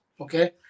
Okay